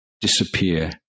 disappear